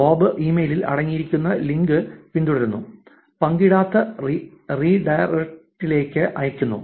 Bob ഇമെയിലിൽ അടങ്ങിയിരിക്കുന്ന link പിന്തുടരുന്നു പങ്കിടാത്ത റീഡയറക്റ്റിലേക്ക് അയയ്ക്കുന്നു